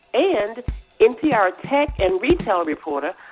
and npr's tech and retail reporter,